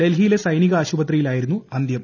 ഡൽഹിയിലെ സൈനിക ആശുപത്രിയിലായിരുന്നു അന്ത്യം